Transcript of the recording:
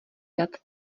dat